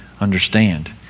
understand